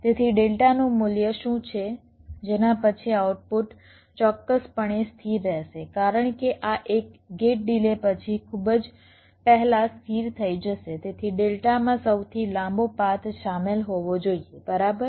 તેથી ડેલ્ટાનું મૂલ્ય શું છે જેના પછી આઉટપુટ ચોક્કસપણે સ્થિર રહેશે કારણ કે આ એક ગેટ ડિલે પછી ખૂબ જ પહેલા સ્થિર થઈ જશે તેથી ડેલ્ટામાં સૌથી લાંબો પાથ શામેલ હોવો જોઈએ બરાબર